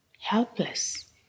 helpless